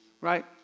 right